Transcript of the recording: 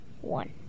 one